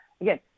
Again